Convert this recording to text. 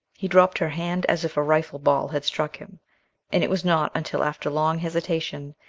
he dropped her hand as if a rifle ball had struck him and it was not until after long hesitation,